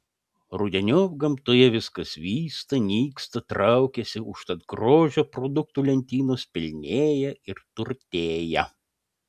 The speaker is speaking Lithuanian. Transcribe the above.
rudeniop gamtoje viskas vysta nyksta traukiasi užtat grožio produktų lentynos pilnėja ir turtėja